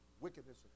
wickedness